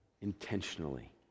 Intentionally